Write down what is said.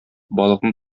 балыкны